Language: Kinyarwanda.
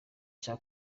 cya